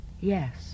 Yes